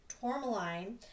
tourmaline